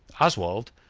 oswald,